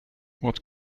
what